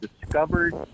discovered